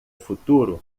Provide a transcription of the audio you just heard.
futuro